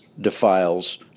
defiles